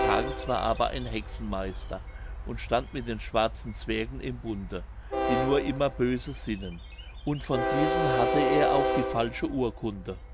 pagels war aber ein hexenmeister und stand mit den schwarzen zwergen im bunde die nur immer böses sinnen und von diesen hatte er auch die falsche urkunde